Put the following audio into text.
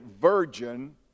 virgin